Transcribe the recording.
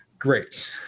great